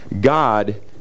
God